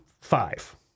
five